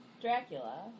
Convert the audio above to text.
Dracula